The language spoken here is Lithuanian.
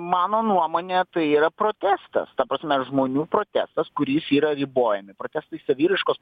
mano nuomone tai yra protestas ta prasme žmonių protestas kuris yra ribojami protestai saviraiškos